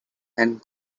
and